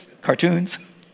cartoons